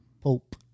Pope